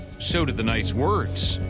so do the nice words.